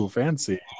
fancy